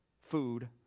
food